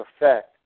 effect